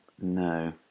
No